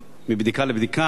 מבדיקה לבדיקה,